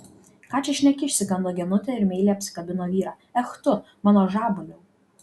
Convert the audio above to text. ką čia šneki išsigando genutė ir meiliai apsikabino vyrą ech tu mano žabaliau